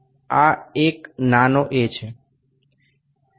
આ એક નાનો a છે આ 11